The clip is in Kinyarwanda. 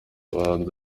abahanzi